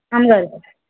అమ్మగారు